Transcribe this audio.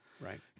Right